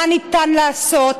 מה ניתן לעשות,